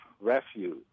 refuge